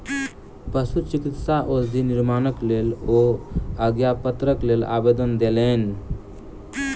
पशुचिकित्सा औषधि निर्माणक लेल ओ आज्ञापत्रक लेल आवेदन देलैन